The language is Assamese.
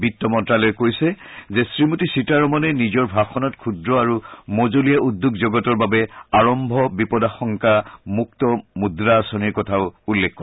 বিত্ত মন্ত্যালয়ে কৈছে যে শ্ৰীমতী সীতাৰমনে নিজৰ ভাষণত ক্ষুদ্ৰ আৰু মজলীয়া উদ্যোগ জগতৰ বাবে আৰম্ভ কৰা বিপদাশংকা মুক্ত মূদ্ৰা আঁচনিৰ কথাও উল্লেখ কৰে